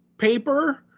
paper